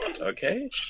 okay